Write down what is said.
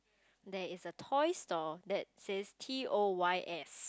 there is a toy store that says T O Y S